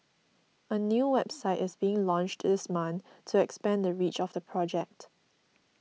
a new website is being launched this month to expand the reach of the project